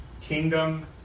Kingdom